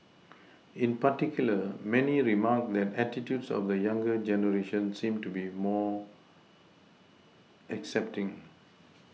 in particular many remarked that attitudes of the younger generation seem to be more accepting